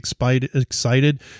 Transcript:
excited